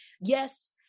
yes